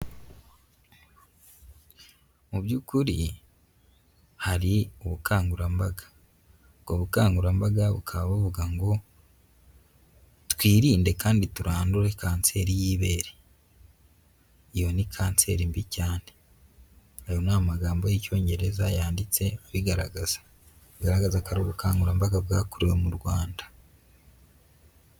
Mu by'ukuri hari ubukangurambaga, ubwo bukangurambaga bukaba buvuga ngo twirinde kandi turandure Kanseri y'ibere, iyo ni Kanseri mbi cyane. Ayo ni amagambo y'Icyongereza yanditse abigaragaza, bigaragaza ko ari ubukangurambaga bwakorewe mu Rwanda.